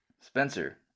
Spencer